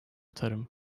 tarım